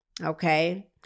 Okay